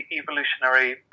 evolutionary